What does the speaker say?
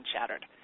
shattered